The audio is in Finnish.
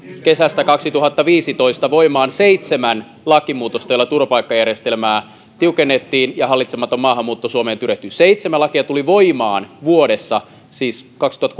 kesästä kaksituhattaviisitoista lähtien vuodessa voimaan seitsemän lakimuutosta joilla turvapaikkajärjestelmää tiukennettiin ja hallitsematon maahanmuutto suomeen tyrehtyi seitsemän lakia tuli voimaan vuodessa siis